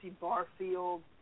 Barfield